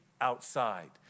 outside